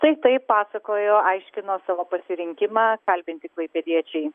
štai taip pasakojo aiškino savo pasirinkimą kalbinti klaipėdiečiai